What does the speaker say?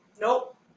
Nope